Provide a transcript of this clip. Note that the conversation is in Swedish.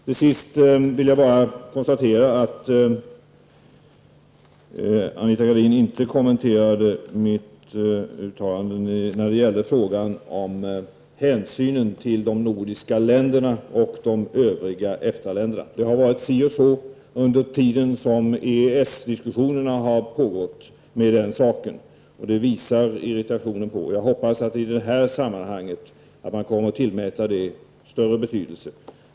Till sist vill jag bara konstatera att Anita Gradin inte kommenterade mitt uttalande när det gäller frågan om hänsynen till de nordiska länderna och de övriga EFTA-länderna. Det har varit si och så med den saken under den tid som EES diskussionerna har pågått. Det visar irritationen på. Jag hoppas att man i detta sammanhang kommer att tillmäta det större betydelse.